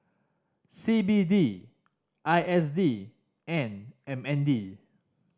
C B D I S D and M N D